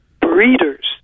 breeders